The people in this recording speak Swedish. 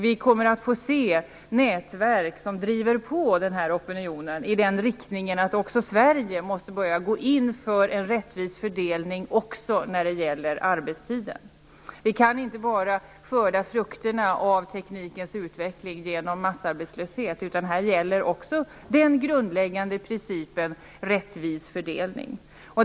Vi kommer att få se nätverk som driver på den här opinionen i riktning mot att Sverige måste börja gå in för en rättvis fördelning också när det gäller arbetstiden. Vi kan inte bara skörda frukterna av teknikens utveckling genom massarbetslöshet. Här gäller också den grundläggande principen om rättvis fördelning.